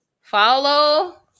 follow